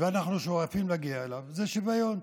ואנחנו שואפים להגיע אליו זה שוויון,